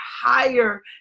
higher